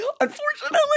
Unfortunately